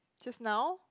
just now